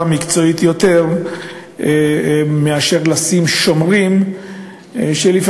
מקצועית יותר מאשר נותנים אותם שומרים שלפעמים,